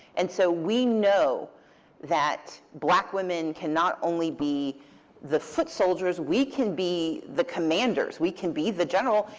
and so we know that black women cannot only be the footsoldiers, we can be the commanders. we can be the general.